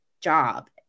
job